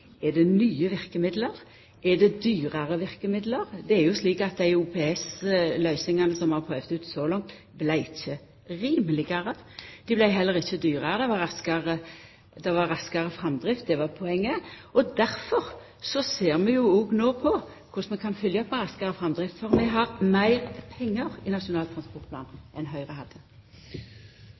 Er det nye verkemiddel? Er det dyrare verkemiddel? Det er jo slik at dei OPS-løysingane som vi har prøvd ut så langt, vart ikkje rimelegare. Dei vart heller ikkje dyrare. Det vart raskare framdrift – det var poenget. Difor ser vi no på korleis vi kan følgja opp med raskare framdrift, for vi har meir pengar i Nasjonal transportplan enn Høgre hadde.